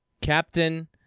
captain